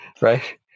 Right